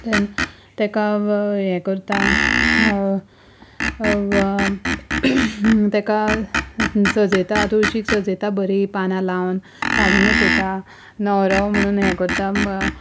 देन तेका हें करता तेका सजयता तुळशीक सजयता बरीं पानां लावन साडी न्हेसयता न्हवरो म्हणून हें करता